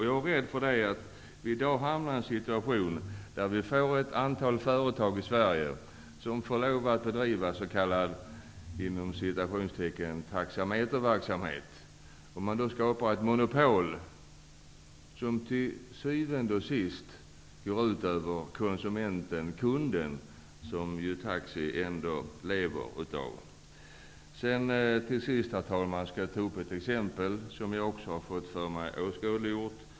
Jag är rädd för att vi skall hamna i en situation där vi får ett antal företag i Sverige som får lov att bedriva ''taxameterverksamhet''. Man skapar då ett monopol som till syvende och sist går ut över konsumenten och kunden som taxiverksamheten lever av. Herr talman! Till sist skall jag ta ett exempel, som också har åskådliggjorts för mig.